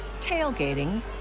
tailgating